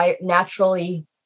naturally